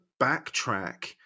backtrack